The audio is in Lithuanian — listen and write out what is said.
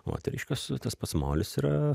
o tai reiškias tas pats molis yra